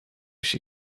she